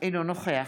אינו נוכח